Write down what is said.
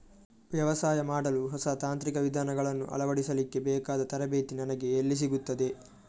ವ್ಯವಸಾಯ ಮಾಡಲು ಹೊಸ ತಾಂತ್ರಿಕ ವಿಧಾನಗಳನ್ನು ಅಳವಡಿಸಲಿಕ್ಕೆ ಬೇಕಾದ ತರಬೇತಿ ನನಗೆ ಎಲ್ಲಿ ಸಿಗುತ್ತದೆ?